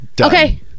Okay